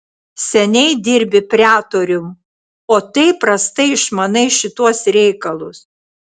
seniai dirbi pretorium o taip prastai išmanai šituos reikalus